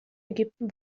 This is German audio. ägypten